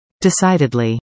Decidedly